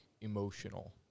emotional